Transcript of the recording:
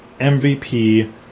MVP